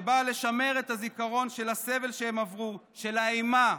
שבאה לשמר את הזיכרון של הסבל שהם עברו, של האימה,